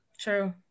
True